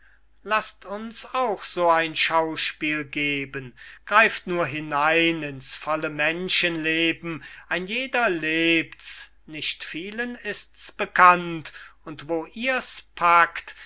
laßt uns auch so ein schauspiel geben greift nur hinein ins volle menschenleben ein jeder lebt's nicht vielen ist's bekannt und wo ihr's packt